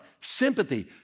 sympathy